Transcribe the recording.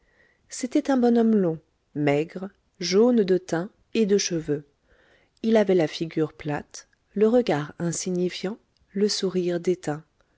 c'était un bonhomme long maigre jaune de teint et de cheveux il avait la figure plate le regard insignifiant le sourire